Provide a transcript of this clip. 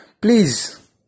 Please